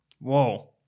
whoa